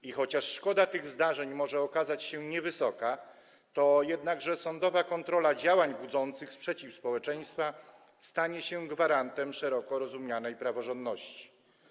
I chociaż szkoda wynikająca z tych zdarzeń może okazać się niewysoka, to jednak sądowa kontrola działań budzących sprzeciw społeczeństwa stanie się gwarantem szeroko rozumianej praworządności.